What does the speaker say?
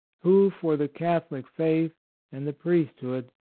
who, for the catholic faith and the priesthood,